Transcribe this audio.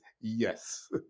Yes